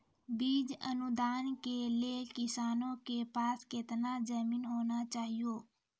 बीज अनुदान के लेल किसानों के पास केतना जमीन होना चहियों?